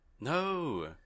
No